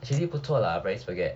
actually 不错 lah paris baguette